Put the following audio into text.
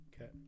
Okay